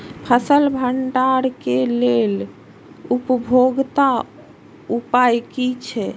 फसल भंडारण के लेल उपयुक्त उपाय कि छै?